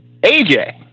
AJ